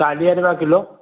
चालीह रुपिया किलो